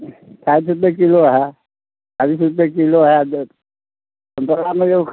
साठि रुपैए किलो हइ चालिस रुपैए किलो हइ समतोलामे लोक